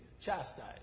chastised